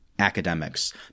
academics